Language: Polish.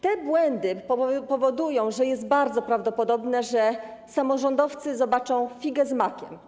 Te błędy powodują, że jest bardzo prawdopodobne, że samorządowcy zobaczą figę z makiem.